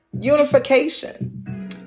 unification